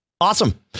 awesome